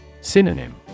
Synonym